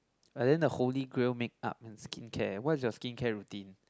but then the holy grail makeup in skincare what's your skincare routine